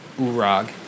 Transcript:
Urag